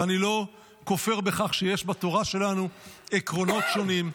ואני לא כופר בכך שיש בתורה שלנו עקרונות שונים,